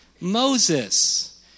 Moses